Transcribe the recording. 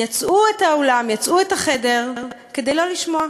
יצאו מהאולם, יצאו מהחדר כדי לא לשמוע.